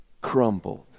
crumbled